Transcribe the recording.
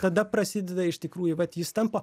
tada prasideda iš tikrųjų vat jis tampa